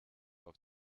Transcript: auf